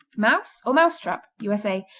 mouse or mouse trap u s a.